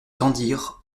tendirent